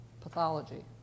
pathology